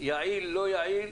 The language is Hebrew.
יעיל/לא יעיל,